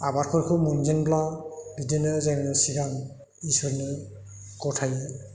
आबादफोरखौ मोनजेनब्ला बिदिनो जों सिगां इसोरनो गथायो